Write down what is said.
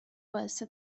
باعث